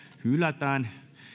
hylätään